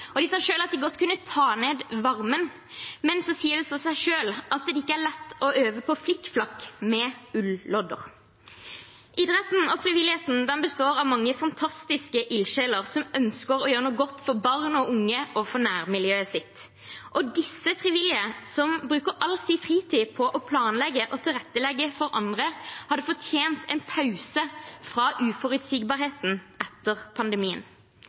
De sa selv at de godt kunne ta ned varmen, men det sier seg selv at det ikke er lett å øve på flikk flakk med ullodder. Idretten og frivilligheten består av mange fantastiske ildsjeler som ønsker å gjøre noe godt for barn og unge og nærmiljøet sitt. Disse frivillige, som bruker all sin fritid på å planlegge og tilrettelegge for andre, hadde fortjent en pause fra uforutsigbarheten etter pandemien.